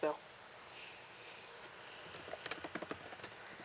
well